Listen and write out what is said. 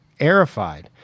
aerified